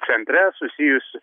centre susijus